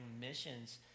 missions